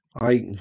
I-